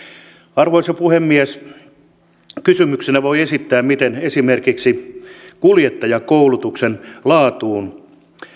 arvoisa puhemies kysymyksenä voi esittää miten esimerkiksi kuljettajakoulutuksen laatuun